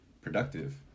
productive